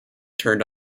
turned